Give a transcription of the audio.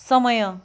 समय